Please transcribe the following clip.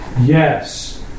Yes